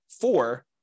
four